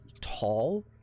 tall